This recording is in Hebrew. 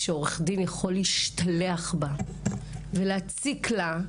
שעורך דין יכול להשתלח בה ולהציק לה,